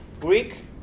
Greek